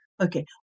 Okay